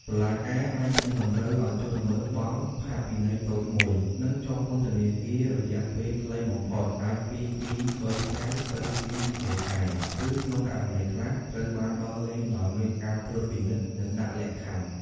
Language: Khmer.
តុលាការអាចនឹងតម្រូវឲ្យជនល្មើសបង់ ផាកពិន័យតូចមួយ និងជាប់ពន្ធនាគាររយៈពេលខ្លីបំផុត អាចពីពីរបីថ្ងៃទៅពីរបីខែ ឬក្នុងករណីខ្លះ ត្រូវបានដោះលែងដោយមានការត្រួតពិនិត្យ និងដាក់លក្ខខណ្ឌ។